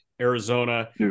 arizona